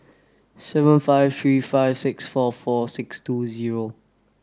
seven five three five six four four six two zero